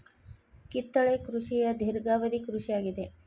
ಕಿತ್ತಳೆ ಕೃಷಿಯ ಧೇರ್ಘವದಿ ಕೃಷಿ ಆಗಿದೆ